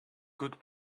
good